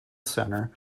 center